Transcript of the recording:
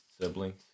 siblings